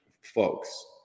folks